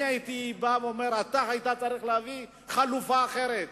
אני הייתי בא ואומר: אתה היית צריך להביא חלופה אחרת,